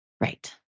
Right